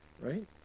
right